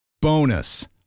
Bonus